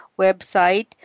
website